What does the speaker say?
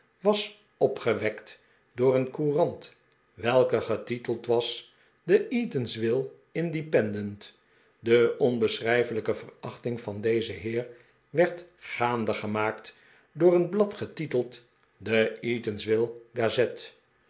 was opgewekt door een courant welke getiteld was the eat ahs will independent de onbeschrijfelijke verachting van dezen heer werd gaande gemaakt door een blad getiteld the eatanswill gazette